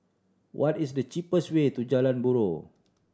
what is the cheapest way to Jalan Buroh